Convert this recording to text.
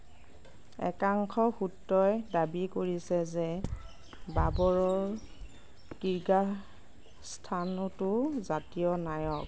একাংশ সূত্ৰই দাবী কৰিছে যে বাবৰৰ কিৰ্গাস্থানতো জাতীয় নায়ক